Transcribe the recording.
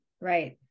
right